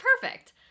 perfect